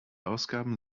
ausgaben